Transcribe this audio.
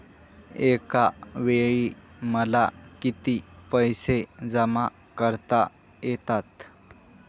एकावेळी मला किती पैसे जमा करता येतात?